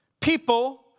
people